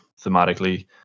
thematically